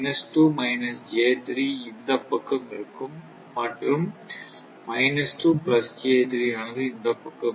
2 j3 இந்த பக்கம் இருக்கும் மற்றும் 2j3 ஆனது இந்த பக்கம் இருக்கும்